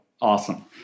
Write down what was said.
awesome